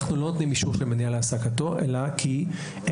אנחנו לא נותנים אישור של מניעה להעסקתו אלא כי אין